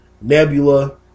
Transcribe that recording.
nebula